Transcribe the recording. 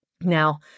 Now